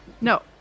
No